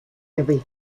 every